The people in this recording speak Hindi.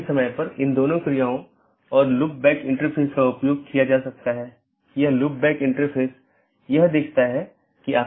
इसके बजाय हम जो कह रहे हैं वह ऑटॉनमस सिस्टमों के बीच संचार स्थापित करने के लिए IGP के साथ समन्वय या सहयोग करता है